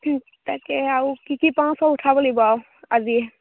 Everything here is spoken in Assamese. তাকে আৰু কি কি পাওঁ চব উঠাব লাগিব আৰু আজিই